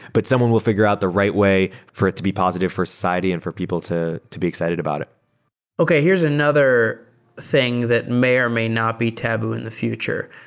but someone will fi gure out the right way for it to be positive for society and for people to to be excited about it okay. here's another thing that may or may not be taboo in the future.